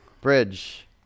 Bridge